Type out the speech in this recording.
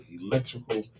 electrical